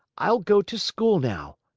i'll go to school now.